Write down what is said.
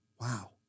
Wow